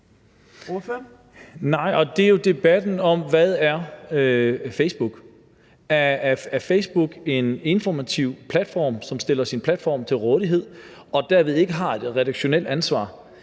det er jo debatten om, hvad Facebook er. Er Facebook en informativ platform, som stiller sin platform til rådighed og derved ikke har et redaktionelt ansvar,